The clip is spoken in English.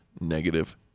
negative